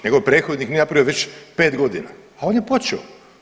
Njegov prethodnik nije napravio već 5 godina, a on je počeo.